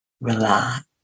relax